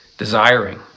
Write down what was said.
desiring